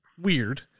weird